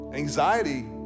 Anxiety